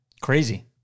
Crazy